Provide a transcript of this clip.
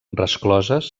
rescloses